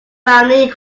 family